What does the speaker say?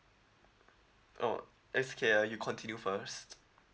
oh it's okay uh you continue first